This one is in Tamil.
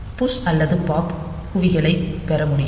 push அல்லது pop குவிகளை பெற முடியும்